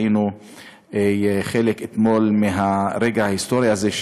היינו אתמול חלק מהרגע ההיסטורי הזה,